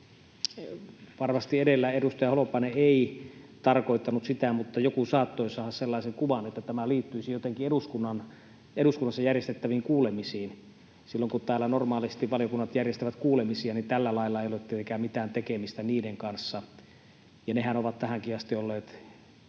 varmasti edellä edustaja Holopainen ei tarkoittanut sitä, mutta joku saattoi saada sellaisen kuvan, että tämä liittyisi jotenkin eduskunnassa järjestettäviin kuulemisiin. Täällä normaalisti valiokunnat järjestävät kuulemisia, mutta tällä lailla ei ole tietenkään mitään tekemistä niiden kanssa, ja sehän on tähänkin asti ollut